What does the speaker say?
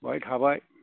बेवहाय थाबाय